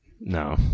No